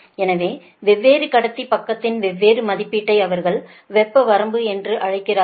எனவே வெவ்வேறு கடத்தி பக்கத்தின் வெவ்வேறு மதிப்பீட்டை அவர்கள் வெப்ப வரம்பு என்று அழைக்கிறார்கள்